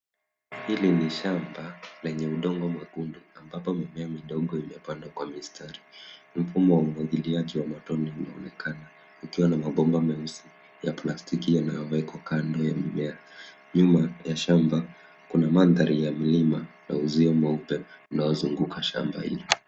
Hili ni shamba lenye udongo mwekundu, ambapo mimea midogo imepandwa kwa mistari. Mfumo wa umwagiliaji wa matone unaonekana, ukiwa na mabomba meusi ya plastiki, yanayowekwa kando ya mimea. Nyuma ya shamba, kuna mandhari ya milima na uzio mweupe unaozunguka shamba hilo.